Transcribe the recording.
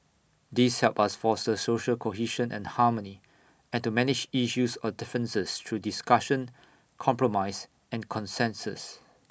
these help us foster social cohesion and harmony and to manage issues or differences through discussion compromise and consensus